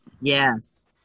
Yes